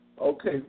Okay